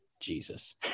jesus